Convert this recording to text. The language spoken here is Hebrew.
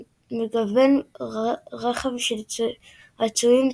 מגוון רחב של צעצועים,